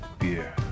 Beer